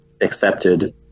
accepted